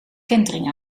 kentering